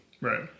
Right